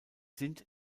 sind